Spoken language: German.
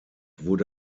wurde